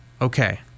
okay